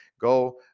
go